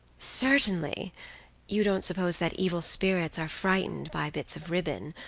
certainly you don't suppose that evil spirits are frightened by bits of ribbon,